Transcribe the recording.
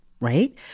right